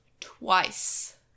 twice